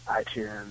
iTunes